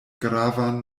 gravan